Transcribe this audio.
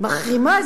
מחרימה,